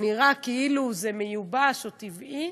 שנראה כאילו זה מיובש או טבעי,